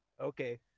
Okay